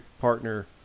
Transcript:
partner